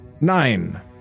Nine